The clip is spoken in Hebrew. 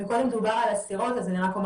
מקודם דובר על אסירות אז אני רק אומר